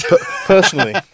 Personally